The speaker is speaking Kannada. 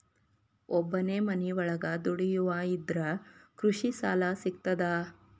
ಒಬ್ಬನೇ ಮನಿಯೊಳಗ ದುಡಿಯುವಾ ಇದ್ರ ಕೃಷಿ ಸಾಲಾ ಸಿಗ್ತದಾ?